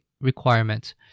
requirements